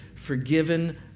Forgiven